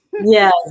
Yes